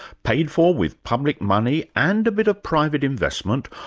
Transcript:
paid for with public money and a bit of private investment,